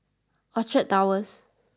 Orchard Towers